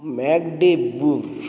mac de burgh